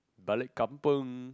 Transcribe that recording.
balik kampung